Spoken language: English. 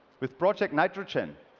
with project nitrogen,